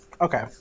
Okay